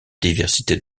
diversité